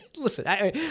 Listen